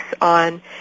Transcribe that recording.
on